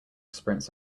sprints